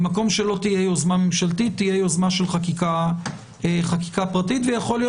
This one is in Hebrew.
במקום שלא תהיה יוזמה ממשלתית תהיה יוזמה של חקיקה פרטית ויכול להיות